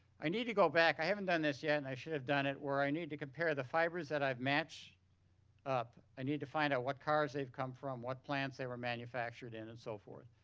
i need to go back. i haven't done this yet and i should have done it where i need to compare the fibers that i've matched up and ah need to find out what cars they've come from, what plants they were manufactured in and so forth.